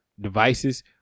devices